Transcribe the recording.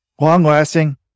Long-lasting